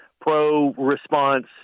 pro-response